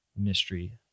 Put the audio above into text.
mystery